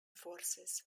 forces